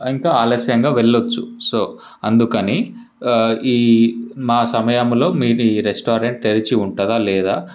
ఇంకా ఆలస్యంగా వెళ్ళచ్చు సో అందుకని ఈ మా సమయంలో మీరు ఈ రెస్టారెంట్ తెరిచి ఉంటుందా లేదా